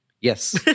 Yes